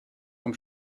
vom